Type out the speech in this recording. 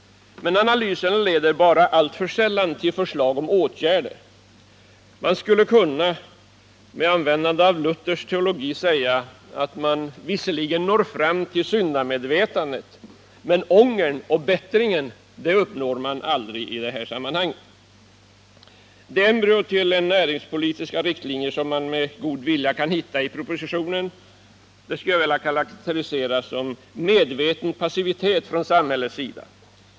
Men analyserna leder bara alltför sällan till förslag om åtgärder. Jag skulle — med användande av Luthers teologi — kunna säga att man visserligen når fram till syndamedvetande men aldrig uppnår ånger och bättring. Det embryo till näringspolitiska riktlinjer som man med god vilja kan hitta i propositionen skulle jag vilja karakterisera som en medveten passivitet från samhällets sida.